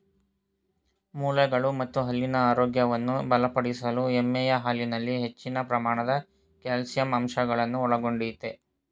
ಮೂಳೆಗಳು ಮತ್ತು ಹಲ್ಲಿನ ಆರೋಗ್ಯವನ್ನು ಬಲಪಡಿಸಲು ಎಮ್ಮೆಯ ಹಾಲಿನಲ್ಲಿ ಹೆಚ್ಚಿನ ಪ್ರಮಾಣದ ಕ್ಯಾಲ್ಸಿಯಂ ಅಂಶಗಳನ್ನು ಒಳಗೊಂಡಯ್ತೆ